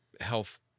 health